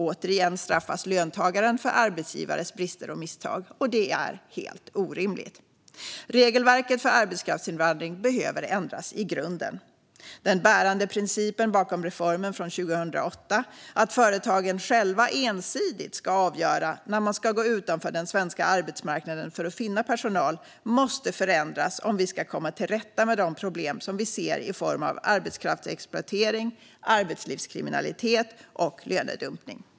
Återigen straffas löntagaren för arbetsgivarens brister och misstag, och det är helt orimligt. Regelverket för arbetskraftsinvandring behöver ändras i grunden. Den bärande principen bakom reformen från 2008, att företagen själva ensidigt ska avgöra när de ska gå utanför den svenska arbetsmarknaden för att finna personal, måste förändras om vi ska komma till rätta med de problem som vi ser i form av arbetskraftsexploatering, arbetslivskriminalitet och lönedumpning.